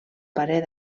parer